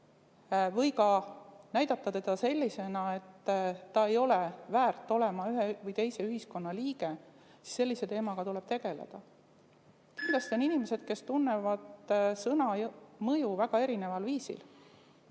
või ka näidata teda sellisena, et ta ei ole väärt olema ühe või teise ühiskonna liige, siis sellise teemaga tuleb tegeleda. Kindlasti tunnevad inimesed sõna mõju väga erineval viisil.